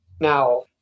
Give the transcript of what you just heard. Now